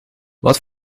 wat